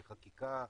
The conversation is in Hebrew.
בחקיקה,